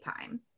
time